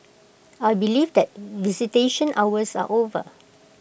I believe that visitation hours are over